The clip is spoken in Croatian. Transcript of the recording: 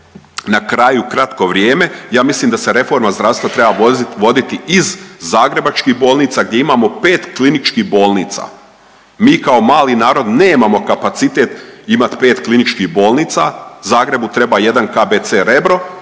na kraju, kratko vrijeme, ja mislim da se reforma zdravstva treba voditi iz zagrebačkih bolnica gdje imamo 5 kliničkih bolnica. Mi kao mali narod nemamo kapacitet imati 5 kliničkih bolnica, Zagrebu treba jedan KBC Rebro